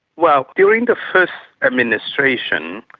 well, during the first administration,